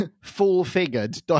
full-figured